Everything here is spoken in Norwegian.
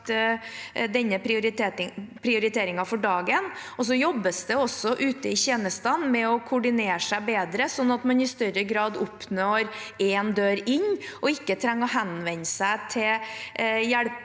denne prioriteringen for dagen. Det jobbes også ute i tjenestene med å koordinere seg bedre, sånn at man i større grad oppnår én dør inn og ikke trenger å henvende seg til